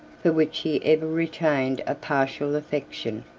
for which he ever retained a partial affection,